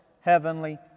heavenly